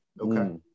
Okay